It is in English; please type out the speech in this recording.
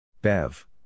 Bev